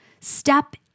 Step